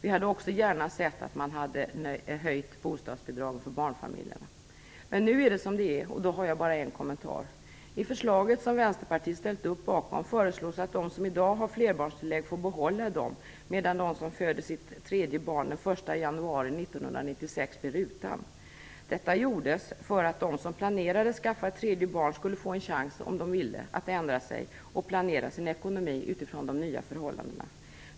Vi hade också gärna sett en höjning av bostadsbidragen för barnfamiljerna. Men nu är det som det är. I förslaget som Vänsterpartiet har ställt sig bakom föreslås att de som i dag har flerbarnstillägg får behålla dem medan de som föder sitt tredje barn den 1 januari 1996 blir utan flerbarnstillägg. Detta gjordes för att de som planerade att skaffa ett tredje barn skulle få en chans att ändra sig om de ville och att planera sin ekonomi utifrån de nya förhållandena.